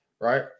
right